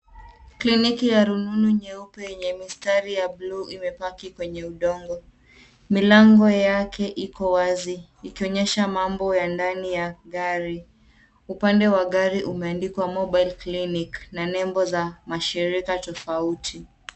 Kliniki ya rununu nyeupe yenye mistari ya blue , imepaki kwenye udongo. Milango yake iko wazi, ikionyesha mambo ya ndani ya gari. Upande wa gari umeandikwa Mobile Clinic, na nembo za mashirika tofauti.